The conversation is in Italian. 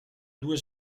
due